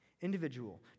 individual